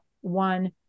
one